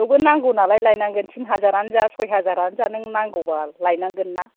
थेवबो नांगौ नालाय लायनांगोन थिन हाजारानो जा सय हाजारानो जा नों नांगौबा लायनांगोनना